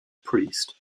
priest